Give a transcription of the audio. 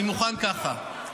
אני מוכן ככה,